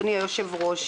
אדוני היושב-ראש.